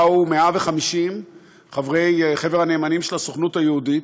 באו 150 חברי חבר הנאמנים של הסוכנות היהודית,